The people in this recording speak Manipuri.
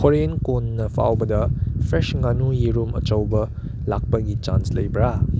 ꯍꯣꯔꯦꯟ ꯀꯣꯟꯅ ꯐꯥꯎꯕꯗ ꯐ꯭ꯔꯦꯁ ꯉꯥꯅꯨ ꯌꯦꯔꯨꯝ ꯑꯆꯧꯕ ꯂꯥꯛꯄꯒꯤ ꯆꯥꯟꯁ ꯂꯩꯕ꯭ꯔ